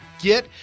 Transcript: get